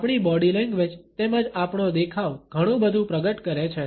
આપણી body language તેમજ આપણો દેખાવ ઘણું બધું પ્રગટ કરે છે